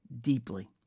deeply